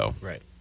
Right